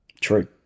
True